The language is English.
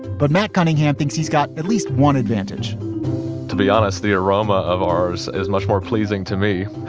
but matt cunningham thinks he's got at least one advantage to be honest, the aroma of ours is much more pleasing to me.